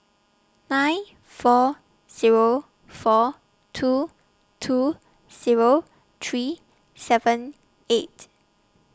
nine four Zero four two two Zero three seven eight